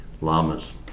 Llamas